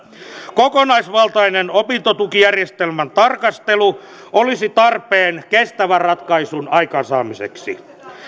kokonaisvaltainen opintotukijärjestelmän tarkastelu olisi tarpeen kestävän ratkaisun aikaansaamiseksi